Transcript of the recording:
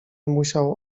musiał